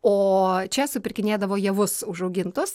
o čia supirkinėdavo javus užaugintus